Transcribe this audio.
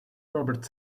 robert